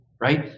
right